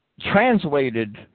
translated